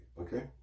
Okay